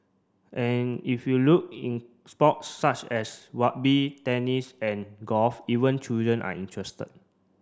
if you look in sports such as rugby tennis and golf even children are interested